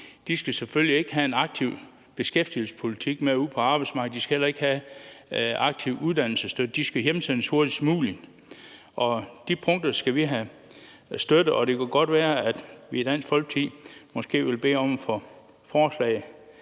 selvfølgelig ikke skal have en aktiv beskæftigelsesindsats i forhold til arbejdsmarkedet, og de skal heller ikke have aktiv uddannelsesstøtte. De skal hjemsendes hurtigst muligt. De punkter skal vi have støtte til, og det kan godt være, at vi i Dansk Folkeparti måske vil bede om at få forslaget